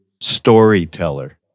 storyteller